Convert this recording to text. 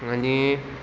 आनी